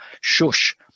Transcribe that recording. Shush